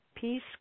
Peace